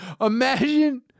Imagine